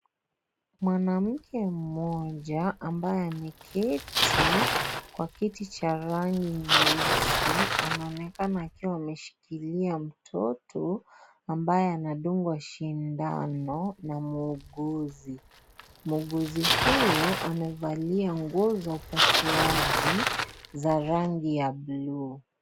Mwanamke mmoja ambaye ameketi, kwa kiti cha rangi ya nyeusi anaonekana akiwa ameshikilia mtoto ambaye anadungwa shindano na muuguzi. Muuguzi huyo amevalia nguo za upasuaji za rangi ya buluu.